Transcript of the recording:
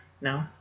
No